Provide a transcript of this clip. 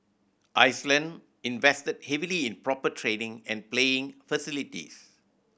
Iceland invested heavily in proper training and playing facilities